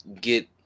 get –